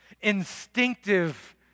instinctive